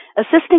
assisting